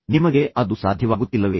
ನಿಮಗೆ ಅದು ಸಾಧ್ಯವಾಗುತ್ತಿಲ್ಲವೇ